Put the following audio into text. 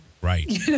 Right